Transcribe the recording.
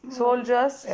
soldiers